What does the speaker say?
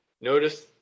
notice